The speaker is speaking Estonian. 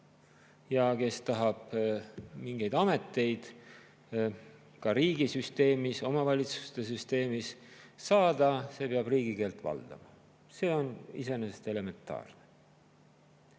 Ja kes tahab mingeid ameteid riigisüsteemis, omavalitsuste süsteemis saada, see peab riigikeelt valdama, see on iseenesest elementaarne.